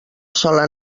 sola